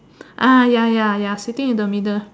ah ya ya ya sitting in the middle